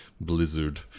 blizzard